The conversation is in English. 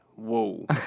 whoa